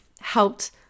helped